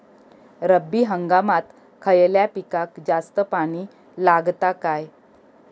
रब्बी हंगामात खयल्या पिकाक जास्त पाणी लागता काय?